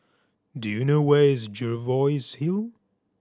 do you know where is Jervois Hill